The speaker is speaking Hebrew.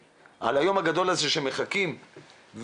היום הגדול הזה שאליו הם מחכים ומתכוננים